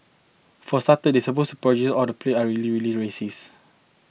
for starter the supposed protagonist all the play are really really racist